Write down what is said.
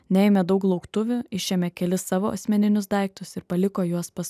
neėmė daug lauktuvių išėmė kelis savo asmeninius daiktus ir paliko juos pas